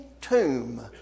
tomb